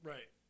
Right